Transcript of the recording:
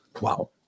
Wow